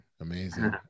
Amazing